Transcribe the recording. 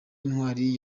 intwari